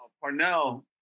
Parnell